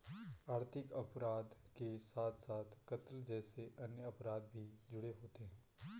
आर्थिक अपराध के साथ साथ कत्ल जैसे अन्य अपराध भी जुड़े होते हैं